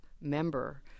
member